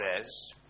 says